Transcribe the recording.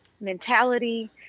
mentality